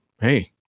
hey